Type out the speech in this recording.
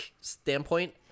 standpoint